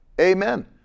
Amen